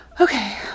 Okay